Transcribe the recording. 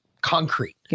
concrete